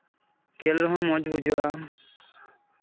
ᱠᱷᱮᱞ ᱨᱮᱦᱚᱸ ᱢᱚᱡᱽ ᱵᱩᱡᱷᱟᱹᱜᱼᱟ